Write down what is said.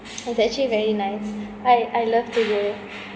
it's actually very nice I I love to go